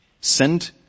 Send